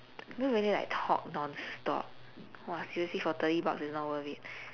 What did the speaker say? you don't really like talk non-stop !wah! seriously for thirty bucks it's not worth it